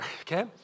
okay